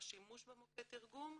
בשימוש במוקד תרגום,